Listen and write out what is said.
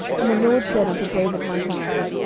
and the lord said unto david my father,